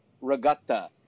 regatta